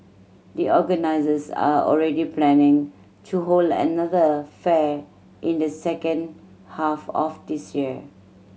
the organisers are already planning to hold another fair in the second half of this year